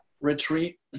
retreat